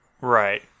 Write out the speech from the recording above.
Right